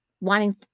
wanting